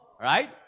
Right